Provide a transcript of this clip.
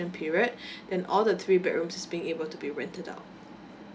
period then all the three bedrooms is being able to be rented out